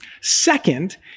Second